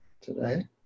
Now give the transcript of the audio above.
today